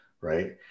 right